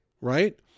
right